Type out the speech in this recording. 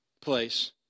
place